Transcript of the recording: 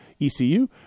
ECU